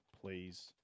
please